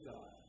God